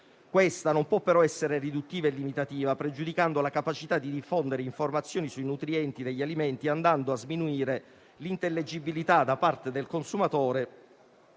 Questa non può però essere riduttiva e limitativa, pregiudicando la capacità di diffondere informazioni sui nutrienti degli alimenti, andando a sminuire l'intelligibilità da parte del consumatore.